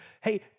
Hey